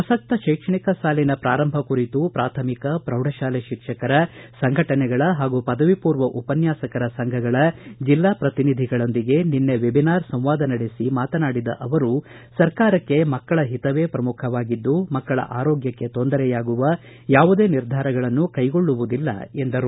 ಪ್ರಸಕ್ತ ಶೈಕ್ಷಣಿಕ ಸಾಲಿನ ಪ್ರಾರಂಭ ಕುರಿತು ಪ್ರಾಥಮಿಕ ಪ್ರೌಢಶಾಲೆ ಶಿಕ್ಷಕರ ಸಂಘಟನೆಗಳ ಹಾಗೂ ಪದವಿ ಪೂರ್ವ ಉಪನ್ಯಾಸಕರ ಸಂಘಗಳ ಜಿಲ್ಲಾ ಪ್ರತಿನಿಧಿಗಳೊಂದಿಗೆ ನಿನ್ನೆ ವೆಬಿನಾರ್ ಸಂವಾದ ನಡೆಸಿ ಮಾತನಾಡಿದ ಅವರು ಸರ್ಕಾರಕ್ಕೆ ಮಕ್ಕಳ ಹಿತವೇ ಪ್ರಮುಖವಾಗಿದ್ದು ಮಕ್ಕಳ ಆರೋಗ್ಕಕ್ಕೆ ತೊಂದರೆಯಾಗುವ ಯಾವುದೇ ನಿರ್ಧಾರಗಳನ್ನು ಕೈಗೊಳ್ಳುವುದಿಲ್ಲ ಎಂದರು